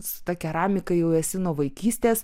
su ta keramika jau esi nuo vaikystės